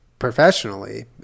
professionally